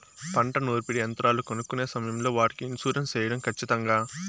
పంట నూర్పిడి యంత్రాలు కొనుక్కొనే సమయం లో వాటికి ఇన్సూరెన్సు సేయడం ఖచ్చితంగా?